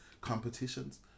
competitions